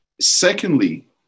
Secondly